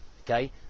okay